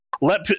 Let